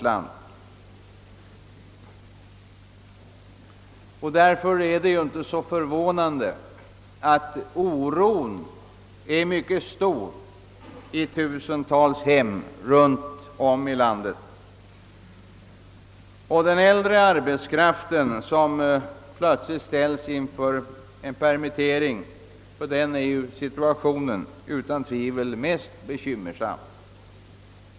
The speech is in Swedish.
Det är därför inte så förvånande att oron är mycket stor i tusentals hem runt om i landet. För den äldre arbetskraft, som plötsligt blivit permitterad, är situationen utan tvivel mest bekymmersam.